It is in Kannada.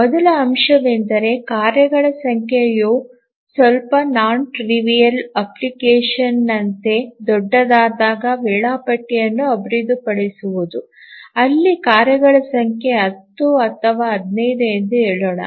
ಮೊದಲ ಅಂಶವೆಂದರೆ ಕಾರ್ಯಗಳ ಸಂಖ್ಯೆಯು ಸ್ವಲ್ಪ ಕ್ಷುಲ್ಲಕವಲ್ಲದ ಅಪ್ಲಿಕೇಶನ್ನಂತೆ ದೊಡ್ಡದಾದಾಗ ವೇಳಾಪಟ್ಟಿಯನ್ನು ಅಭಿವೃದ್ಧಿಪಡಿಸುವುದು ಅಲ್ಲಿ ಕಾರ್ಯಗಳ ಸಂಖ್ಯೆ 10 ಅಥವಾ 15 ಎಂದು ಹೇಳೋಣ